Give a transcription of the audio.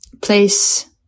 place